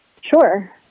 Sure